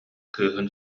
кыыһын